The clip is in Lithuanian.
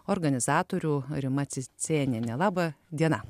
organizatorių rima cicėniene laba diena